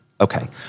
Okay